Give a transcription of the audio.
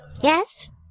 Yes